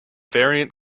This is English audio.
variant